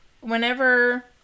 whenever